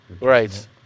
Right